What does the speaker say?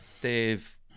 Dave